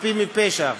חפים מפשע,